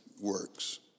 works